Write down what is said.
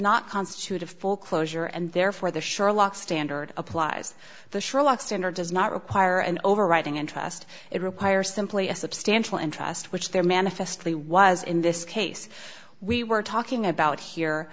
not constitute a full closure and therefore the sherlock standard applies the sherlock standard does not require an overriding interest it requires simply a substantial interest which there manifestly was in this case we were talking about here